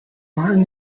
martin